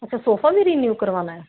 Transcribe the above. ਅੱਛਾ ਸੋਫ਼ਾ ਵੀ ਰਿਨਿਊ ਕਰਵਾਉਣਾ ਹੈ